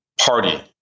party